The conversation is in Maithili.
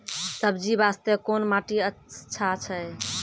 सब्जी बास्ते कोन माटी अचछा छै?